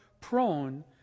prone